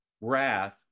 wrath